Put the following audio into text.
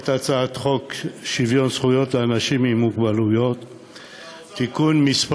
הצעת חוק שוויון זכויות לאנשים עם מוגבלות (תיקון מס'